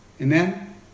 Amen